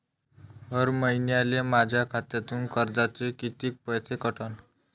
हर महिन्याले माह्या खात्यातून कर्जाचे कितीक पैसे कटन?